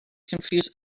confuse